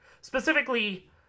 specifically